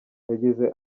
yagize